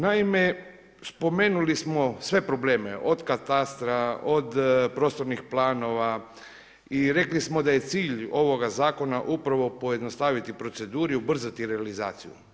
Naime, spomenuli smo sve probleme od katastra, od prostornih planova i rekli smo da je cilj ovoga zakona upravo pojednostaviti proceduru i ubrzati realizaciju.